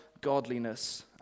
godliness